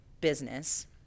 business